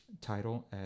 title